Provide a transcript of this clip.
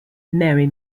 mary